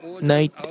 night